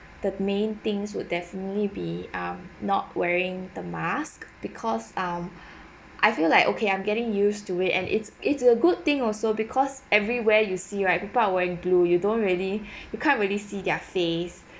the main things would definitely be um not wearing the mask because um I feel like okay I'm getting used to it and it's it's a good thing also because everywhere you see right people are wearing blue you don't really you can't really see their face